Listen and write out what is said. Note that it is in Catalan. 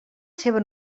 seva